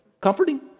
Comforting